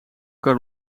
kan